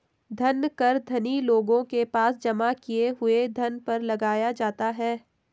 धन कर धनी लोगों के पास जमा किए हुए धन पर लगाया जाता है